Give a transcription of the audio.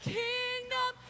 kingdom